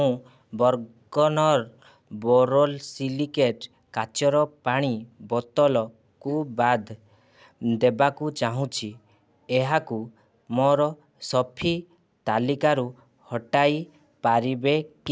ମୁଁ Bergner borosilicate କାଚର ପାଣି ବୋତଲକୁ ବାଦ୍ ଦେବାକୁ ଚାହୁଁଛି ଏହାକୁ ମୋର ସପିଂ ତାଲିକାରୁ ହଟାଇ ପାରିବେ କି